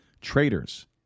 Traitors